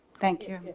thank you